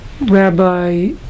Rabbi